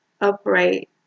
upright